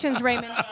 Raymond